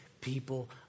people